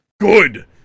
Good